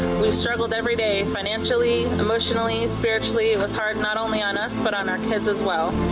we struggled every day financially. and emotionally spiritually it was hard not only on us but on our kids as well.